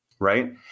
Right